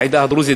העדה הדרוזית,